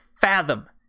fathom